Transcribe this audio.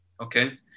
Okay